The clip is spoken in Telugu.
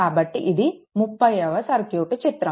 కాబట్టి ఇది 30 సర్క్యూట్ చిత్రం